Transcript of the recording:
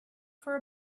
for